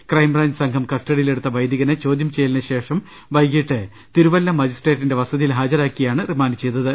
crime branch സംഘം കസ്റ്റഡിയിലെടുത്ത വൈദികനെ ചോദൃംചെയ്യലിന് ശേഷം വൈകിട്ട് തിരുവല്ല മജിസ്ട്രേറ്റിന്റെ വസതിയിൽ ഹാജരാക്കിയാണ് റിമാന്റ് ചെയ്തത്